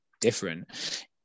different